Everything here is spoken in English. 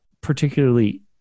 particularly